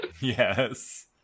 Yes